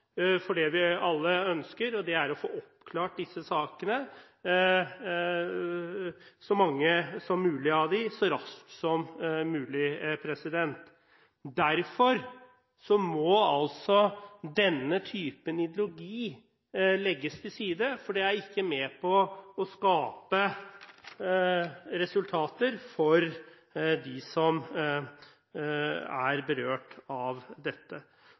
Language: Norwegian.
for det vi alle ønsker – å få oppklart så mange som mulig av disse sakene så raskt som mulig. Derfor må denne typen ideologi legges til side, for det er ikke med på å skape resultater for dem som er berørt av dette,